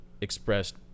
expressed